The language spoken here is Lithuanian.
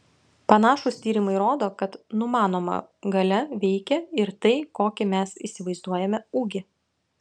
panašūs tyrimai rodo kad numanoma galia veikia ir tai kokį mes įsivaizduojame ūgį